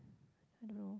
I don't know